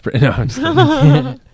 No